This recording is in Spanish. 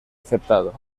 aceptado